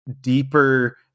deeper